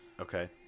Okay